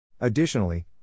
Additionally